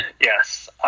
Yes